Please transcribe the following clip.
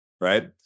right